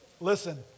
Listen